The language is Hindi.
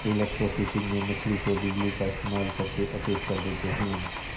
इलेक्ट्रोफिशिंग में मछली को बिजली का इस्तेमाल करके अचेत कर देते हैं